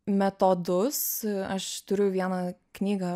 metodus aš turiu vieną knygą